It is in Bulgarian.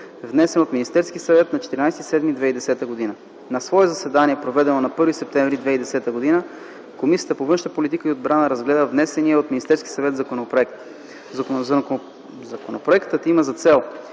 внесен от Министерския съвет на 14 юли 2010 г. На свое заседание, проведено на 1 септември 2010 година, Комисията по външна политика и отбрана разгледа внесения от Министерския съвет законопроект. Законопроектът има за цел